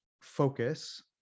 focus